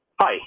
Hi